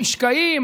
המשקעים,